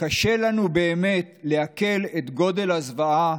קשה לנו באמת לעכל את גודל הזוועה